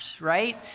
right